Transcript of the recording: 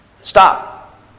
Stop